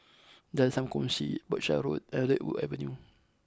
Jalan Sam Kongsi Berkshire Road and Redwood Avenue